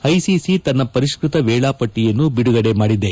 ICC ತನ್ನ ಪರಿಷ್ಟೃತ ವೇಳಾಪಟ್ಟಯನ್ನು ಬಿಡುಗಡೆ ಮಾಡಿದೆ